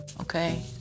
okay